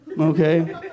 okay